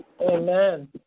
Amen